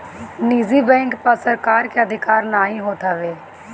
निजी बैंक पअ सरकार के अधिकार नाइ होत हवे